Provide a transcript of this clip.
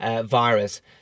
virus